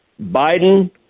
Biden